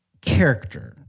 character